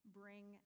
bring